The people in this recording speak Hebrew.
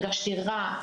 הרגשתי רע,